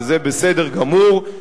וזה בסדר גמור.